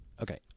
Okay